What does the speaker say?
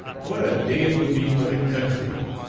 what a day it would be for the country,